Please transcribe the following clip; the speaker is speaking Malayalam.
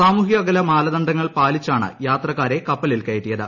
സാമൂഹിക അകല മാനദണ്ഡങ്ങൾ പാലിച്ചാണ് യാത്രക്കാരെ കപ്പലിൽ കയറ്റിയത്